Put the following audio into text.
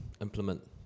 implement